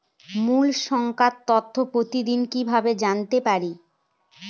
মুল্য সংক্রান্ত তথ্য প্রতিদিন কিভাবে জানতে পারি?